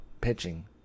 pitching